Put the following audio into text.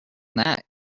that